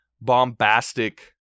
bombastic